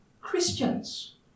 Christians